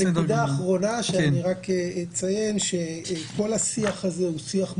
הנקודה האחרונה שאני אציין היא שכל השיח הזה הוא שיח מובנה.